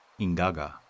ingaga